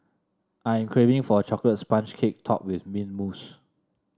I am craving for a chocolate sponge cake topped with mint mousse